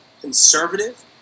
conservative